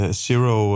zero